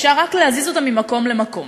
אפשר רק להזיז אותה ממקום למקום.